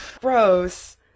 Gross